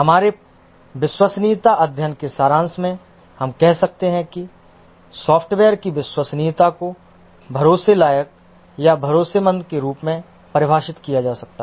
हमारे विश्वसनीयता अध्ययन के सारांश में हम कह सकते हैं कि किसी सॉफ़्टवेयर की विश्वसनीयता को भरोसे लायक या भरोसेमंद के रूप में परिभाषित किया जा सकता है